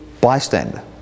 bystander